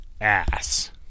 ass